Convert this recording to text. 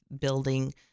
building